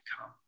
come